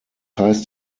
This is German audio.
heißt